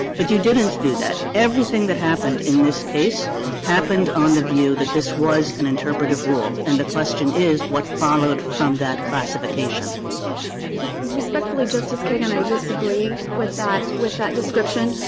but you didn't do that. everything that happened in this case happened on the view that this was an interpretative rule and the question is what followed from that classification. ho respectfully, justice kagan, i disagree with that with that description.